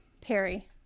Perry